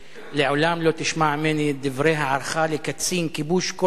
לעולם לא תשמע ממני דברי הערכה לקצין כיבוש כלשהו,